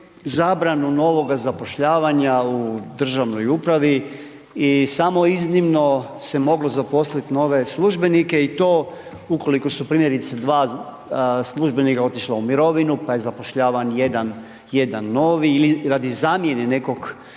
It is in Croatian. zabranu novoga zapošljavanja u državnoj upravi i samo iznimno se moglo zaposliti nove službenike i to ukoliko su primjerice 2 službenika otišla u mirovinu, pa je zaposlen jedan novi ili radi zamjene nekog službenika